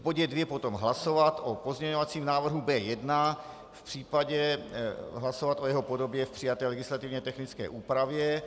V bodě dvě potom hlasovat o pozměňovacím návrhu B1, případně hlasovat o jeho podobě v přijaté legislativně technické úpravě.